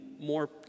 more